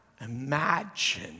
imagine